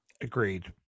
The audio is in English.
agreed